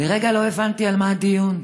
לרגע לא הבנתי על מה הדיון.